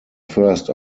first